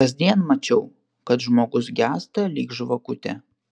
kasdien mačiau kad žmogus gęsta lyg žvakutė